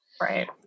Right